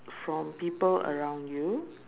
from people around you